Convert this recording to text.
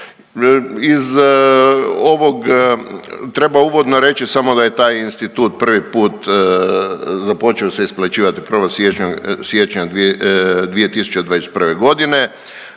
Iz ovog treba uvodno reći samo da je taj institut prvi put započeo se isplaćivati 1. siječnja 2021. godine,